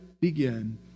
begin